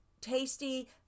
tasty